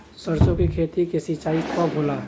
सरसों की खेती के सिंचाई कब होला?